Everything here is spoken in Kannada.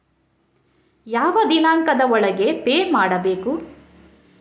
ಯಾವ ದಿನಾಂಕದ ಒಳಗೆ ಪೇ ಮಾಡಬೇಕು?